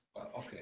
okay